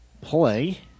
play